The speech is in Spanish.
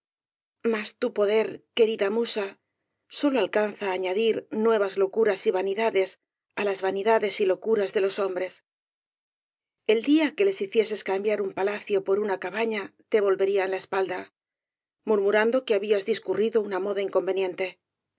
mas tu poder querida musa sólo alcanza á añadir nuevas locuras y vanidades á las vanidades y locuras de los hombres el día que les hicieses cambiar un palacio por una cabana te volverían la espalda murmurando que habías discurrido una moda inconveniente